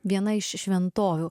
viena iš šventovių